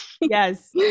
yes